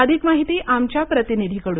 अधिक माहिती आमच्या प्रतिनिधीकडून